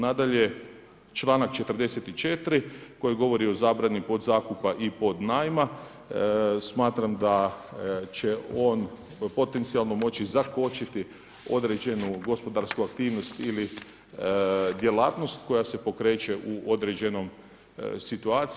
Nadalje, članak 44. koji govori o zabrani podzakupa i podnajma, smatram da će on potencijalno moći započeti određenu gospodarsku aktivnost ili djelatnost koja se pokreće u određenoj situaciji.